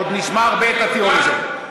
עוד נשמע הרבה את הטיעון הזה.